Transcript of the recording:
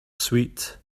sweet